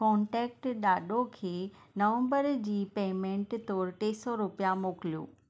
contact ॾाढो खे नवंबर जी पेमेंट तौरु टे सौ रुपिया मोकिलियो